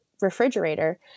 refrigerator